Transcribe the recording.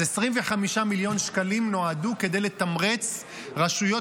אז 25 מיליון שקלים נועדו לתמרץ רשויות